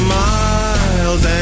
miles